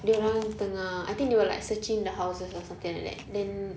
dia orang tengah I think they were like searching the houses or something like that then